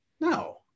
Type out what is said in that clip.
No